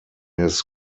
his